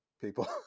people